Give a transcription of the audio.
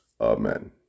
Amen